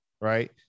right